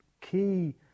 key